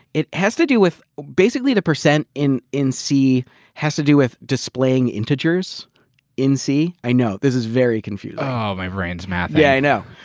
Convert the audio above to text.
it has to do with, basically the percent in, in c has to do with displaying integers in c. i know, this is very confusing. oh my brain's mathing. yeah, i know.